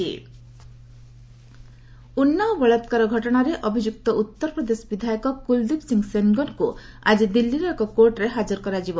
CBI ସେନ୍ଗର Unnao ବଳାକାର ଘଟଣାରେ ଅଭିଯୁକ୍ତ ଉତ୍ତରପ୍ରଦେଶ ବିଧାୟକ କୁଲଦୀପ ସିଂ ସେନଗରଙ୍କୁ ଆଜି ଦିଲ୍ଲୀର ଏକ କୋର୍ଟରେ ହାଜର କରାଯିବ